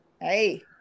Hey